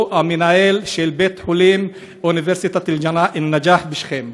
הוא המנהל של בית-החולים באוניברסיטת א-נג'אח בשכם.